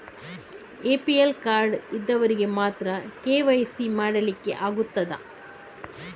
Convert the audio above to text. APL card ಇದ್ದವರಿಗೆ ಮಾತ್ರ KYC ಮಾಡಲಿಕ್ಕೆ ಆಗುತ್ತದಾ?